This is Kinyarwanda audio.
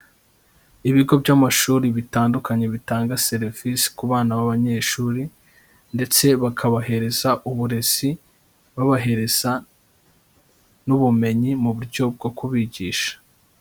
Ibigo by'amashuri bitandukanye bitanga serivisi ku bana b'abanyeshuri, ndetse bakabahereza uburezi, babahereza n'ubumenyi mu buryo bwo kubigisha.